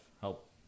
help